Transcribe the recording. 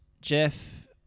Jeff